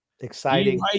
exciting